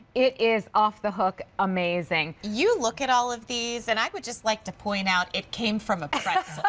it is off the hook amazing. you look at all of these, and i would just like to point out, it came from a pretzel.